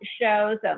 shows